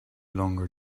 longer